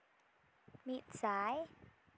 ᱢᱤᱫ ᱥᱟᱭ